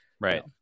Right